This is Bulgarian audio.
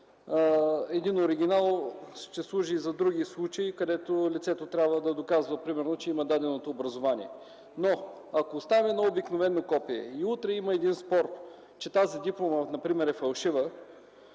един оригинал ще служи и за други случи, където лицето трябва да доказва примерно, че има даденото образование. Но ако оставим едно обикновено копие и утре има спор, че тази диплома е фалшива,